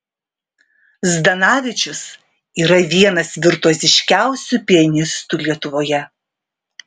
zdanavičius yra vienas virtuoziškiausių pianistų lietuvoje